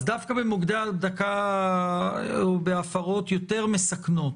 אז דווקא בהפרות יותר מסכנות